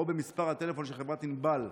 או במספר הטלפון של חברת ענבל,